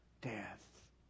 death